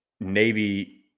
Navy